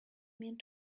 meant